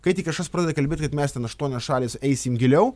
kai tik kažkas pradeda kalbėti kad mes ten aštuonios šalys eisim giliau